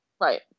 Right